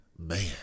Man